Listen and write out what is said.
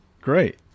Great